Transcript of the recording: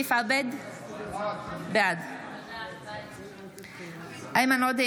עפיף עבד - בעד איימן עודה,